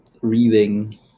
reading